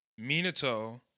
Minato